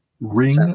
ring